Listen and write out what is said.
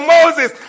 Moses